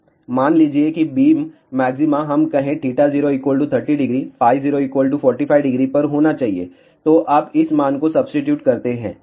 मान लीजिए कि बीम मॅक्सिमा हम कहे θ0 300 φ0 450 पर होना चाहिए तो आप इस मान को सब्सीटीट्यूट करते हैं